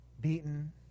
beaten